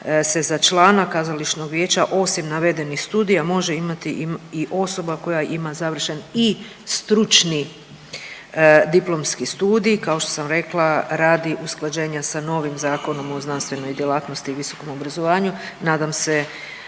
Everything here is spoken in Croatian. se za člana kazališnog vijeća osim navedenih studija može imati i osoba koja ima završen i stručni diplomski studij, kao što sam rekla radi usklađenja sa novim Zakonom o znanstvenoj djelatnosti i visokom obrazovanju. Nadam se